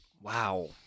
wow